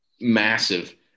massive